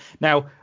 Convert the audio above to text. now